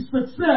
success